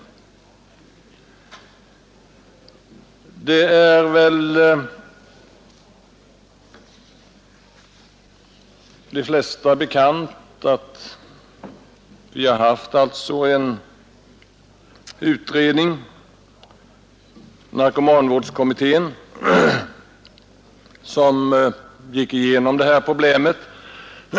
Det är väl de flesta bekant att vi har haft en utredning, narkomanvårdskommittén, som har gått igenom det här problemet.